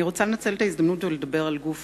אני רוצה לנצל את ההזדמנות ולדבר על גוף